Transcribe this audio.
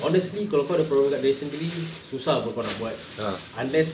honestly kalau kau ada problem kat diri sendiri susah apa kau nak buat unless